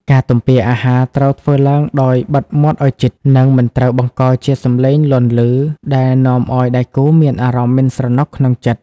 ការទំពារអាហារត្រូវធ្វើឡើងដោយបិទមាត់ឱ្យជិត និងមិនត្រូវបង្កជាសំឡេងលាន់ឮដែលនាំឱ្យដៃគូមានអារម្មណ៍មិនស្រណុកក្នុងចិត្ត។